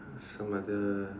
some other